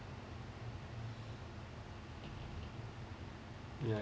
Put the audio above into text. ya